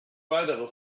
weitere